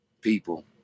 people